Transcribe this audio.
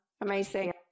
amazing